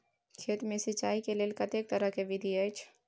खेत मे सिंचाई के लेल कतेक तरह के विधी अछि?